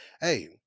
hey